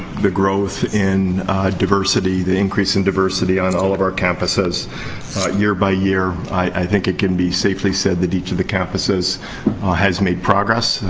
the growth in diversity, the increase in diversity on all of our campuses year by year. i think it can be safely said that each of the campuses has made progress.